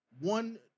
one